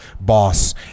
boss